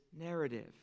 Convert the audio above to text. narrative